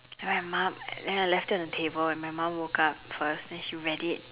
I write mum and then I left it on the table and my mum woke up first and then she read it